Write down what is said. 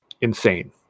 insane